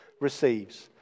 receives